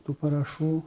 tų parašų